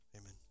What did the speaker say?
amen